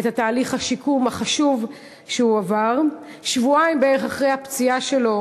את תהליך השיקום החשוב שהוא עבר: שבועיים בערך אחרי הפציעה שלו